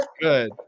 good